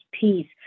peace